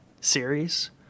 series